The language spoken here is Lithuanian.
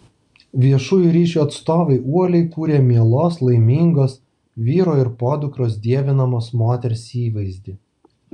viešųjų ryšių atstovai uoliai kūrė mielos laimingos vyro ir podukros dievinamos moters įvaizdį